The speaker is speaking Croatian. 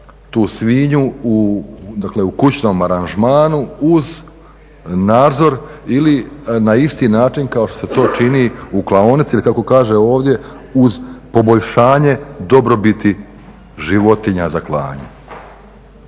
tu svinju u kućnom aranžmanu uz nadzor ili na isti način kao što se to čini u klaonici ili kako kaže ovdje uz poboljšanje dobrobiti životinja za klanje.